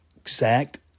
exact